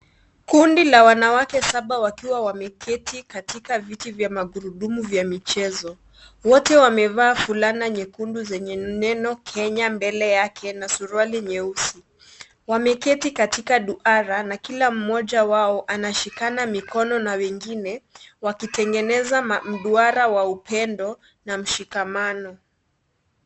Kundi la wanawake saba wakiwa wameketi katika viti vya magurudumu vya michezo. Wote wamevaa fulana nyekundu zenye neno Kenya mbele yake na suruali nyeusi. Wameketi katika duara na kila mmoja wao anashikana mikono na wengine wakitengeneza mduara wa upendo na mshikamano.